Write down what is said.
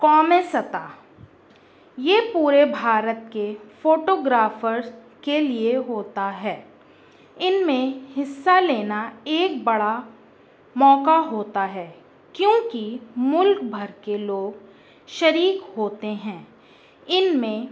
قمی سطح یہ پورے بھارت کے فوٹو گرافرس کے لیے ہوتا ہے ان میں حصہ لینا ایک بڑا موقع ہوتا ہے کیونکہ ملک بھر کے لوگ شریک ہوتے ہیں ان میں